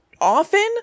often